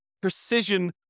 precision